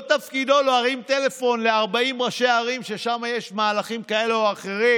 לא תפקידו להרים טלפון ל-40 ראשי ערים ששם יש מהלכים כאלה או אחרים